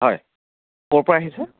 হয় ক'ৰ পৰা আহিছে